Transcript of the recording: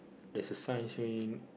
there's a sign saying